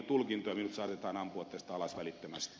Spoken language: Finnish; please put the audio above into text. minut saatetaan ampua tästä alas välittömästi